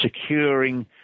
securing